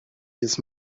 his